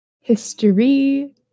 History